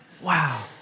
Wow